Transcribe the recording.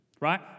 Right